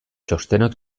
txostenak